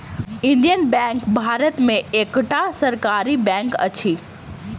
Indian bank Bharat में एकटा सरकारी बैंक अछि